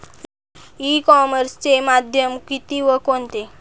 E कॉमर्सचे माध्यम किती व कोणते?